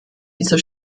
dieser